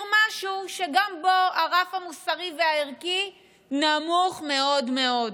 משהו שגם בו הרף המוסרי והערכי נמוך מאוד מאוד.